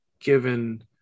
given